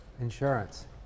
insurance